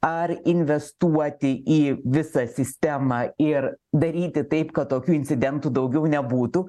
ar investuoti į visą sistemą ir daryti taip kad tokių incidentų daugiau nebūtų